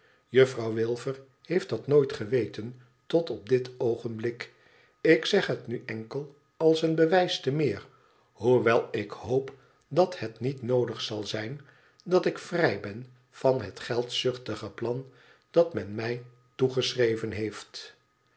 juffrouw wilfer heeft dat nooit geweten tot op dit oogenblik ik zeg het nu enkel als een bewijs te meer hoewel ik hoop dat het niet noodig zal zijn dat ik vrij ben van het geldzuchtige plan dat men mij toegeschreven heeft